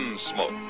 Smoke